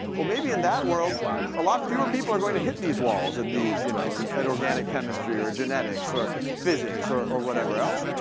well, maybe in that world a lot fewer people are going to hit these walls and in you know and and organic chemistry, or genetics, or physics, or or whatever else.